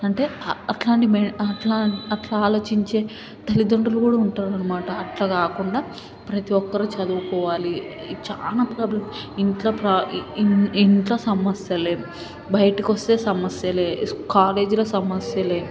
అంటే అ అట్లాంటి మై అట్లా అట్లా ఆలోచించే తల్లిదండ్రులు కూడా ఉంటారు అనమాట అట్లా కాకుండా ప్రతి ఒక్కరు చదువుకోవాలి చాలా ప్రొబ్లమ్స్ ఇంట్లో ప్రొ ఇంట్లో సమస్యలే బయటకు వస్తే సమస్యలే కాలేజీలో సమస్యలే